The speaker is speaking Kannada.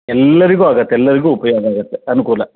ಎಲ್ಲರಿಗೂ ಆಗತ್ತೆ ಎಲ್ಲರಿಗೂ ಉಪಯೋಗ ಆಗುತ್ತೆ ಅನುಕೂಲ